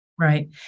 Right